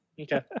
Okay